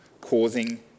causing